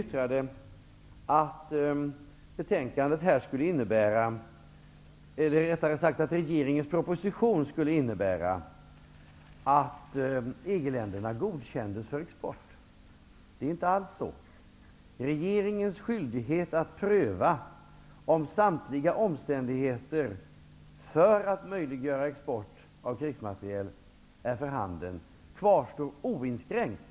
Maj Britt Theorin yttrade att regeringens proposition skulle innebära att EG länderna godkänns för export. Det är inte alls på det sättet. Regeringens skyldighet att pröva om samtliga omständigheter som möjliggör export av krigsmateriel föreligger kvarstår oinskränkt.